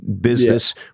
business